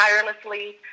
tirelessly